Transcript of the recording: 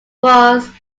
was